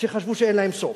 שחשבו שאין להם סוף,